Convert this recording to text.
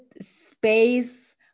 space